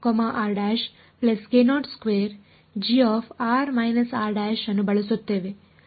ಆದ್ದರಿಂದ ನಾವು ಅನ್ನು ಬಳಸುತ್ತೇವೆ